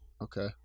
Okay